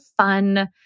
fun